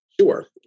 Sure